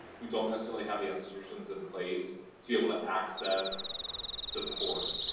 we don't necessarily have the institutions in place to be able to access support.